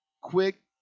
quick